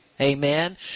Amen